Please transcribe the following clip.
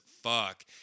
fuck